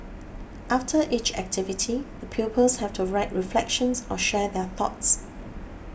after each activity the pupils have to write reflections or share their thoughts